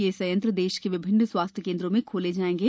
ये संयंत्र देश के विभिन्न स्वास्थ्य केंद्रों में खोले जाएंगे